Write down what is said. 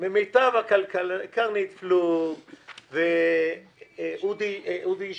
מיטב הכלכלנים קרנית פלוג, אודי ניסן,